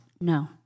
no